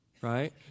Right